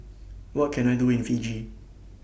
What Can I Do in Fiji